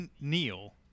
Neil